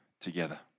together